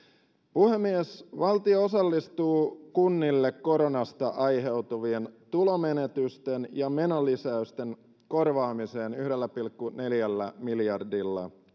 puhemies valtio osallistuu kunnille koronasta aiheutuvien tulomenetysten ja menolisäysten korvaamiseen yhdellä pilkku neljällä miljardilla